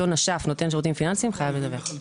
אותו נותן שירותים פיננסיים, חייב לדווח.